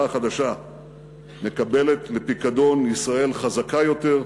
החדשה מקבלת לפיקדון ישראל חזקה יותר,